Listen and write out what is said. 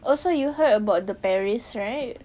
also you heard about the paris right